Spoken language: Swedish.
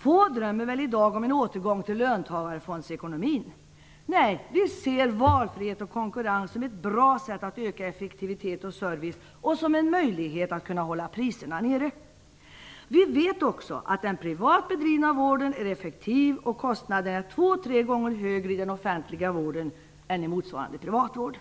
Få drömmer väl i dag om en återgång till löntagarfondsekonomin. Nej, vi ser valfrihet och konkurrens som ett bra sätt att öka effektivitet och service och som en möjlighet att hålla priserna nere. Vi vet också att den privat bedrivna vården är effektiv och att kostnaden är två tre gånger högre i den offentliga vården än i motsvarande privatvård.